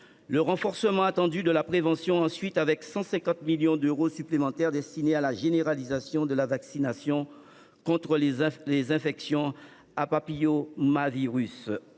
le renforcement de la prévention, 150 millions d’euros supplémentaires sont destinés à la généralisation de la vaccination contre les infections à papillomavirus